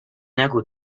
نگو